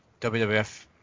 WWF